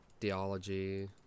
theology